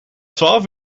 twaalf